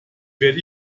werde